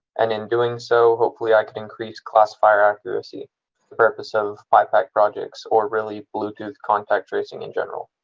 and in doing so, hopefully i can increase classifier accuracy the purpose of pipact projects or really bluetooth contact tracing in general.